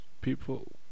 people